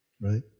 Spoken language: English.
right